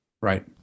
Right